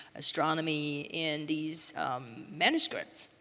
astronomy in these manuscripts.